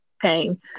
paying